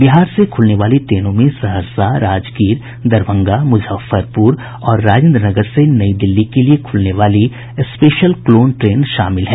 बिहार से खुलने वाली ट्रेनों में सहरसा राजगीर दरभंगा मुजफ्फरपुर और राजेन्द्र नगर से नई दिल्ली के लिए खुलने वाली स्पेशल क्लोन ट्रेन शामिल हैं